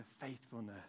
faithfulness